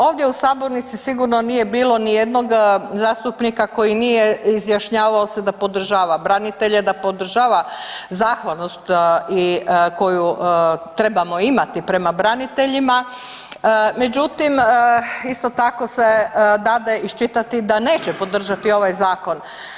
Ovdje u sabornici sigurno nije bilo nijednog zastupnika koji nije izjašnjavao se da podržava branitelja, da podržava zahvalnost koju trebamo imati prema braniteljima, međutim isto tako se dade iščitati da neće podržati ovaj zakon.